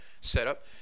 setup